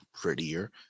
prettier